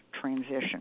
transition